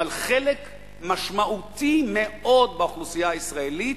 אבל חלק משמעותי מאוד באוכלוסייה הישראלית,